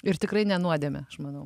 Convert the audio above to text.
ir tikrai ne nuodėmė aš manau